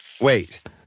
Wait